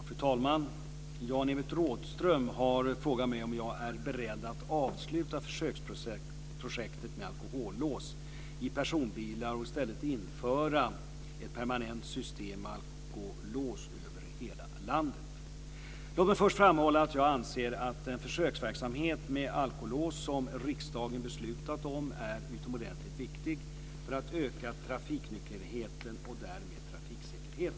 Fru talman! Jan-Evert Rådhström har frågat mig om jag är beredd att avsluta försöksprojektet med alkolås i personbilar och i stället införa ett permanent system med alkolås över hela landet. Låt mig först framhålla att jag anser att den försöksverksamhet med alkolås som riksdagen beslutat om är utomordentligt viktig för att öka trafiknykterheten och därmed trafiksäkerheten.